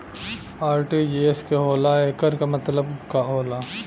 RTGS का होला एकर का मतलब होला?